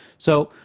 so,